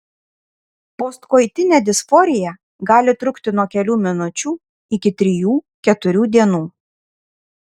postkoitinė disforija gali trukti nuo kelių minučių iki trijų keturių dienų